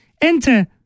Enter